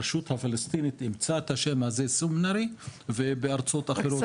הרשות הפלסטינית אימצה את השם סומנרי וגם בארצות אחרות.